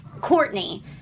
Courtney